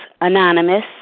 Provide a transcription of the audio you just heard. Anonymous